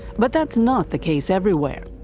but that's not the case everywhere.